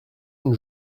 une